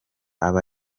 aba